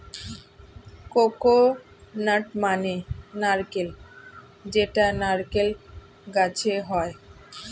coconut মানে নারকেল যেটা নারকেল গাছে হয়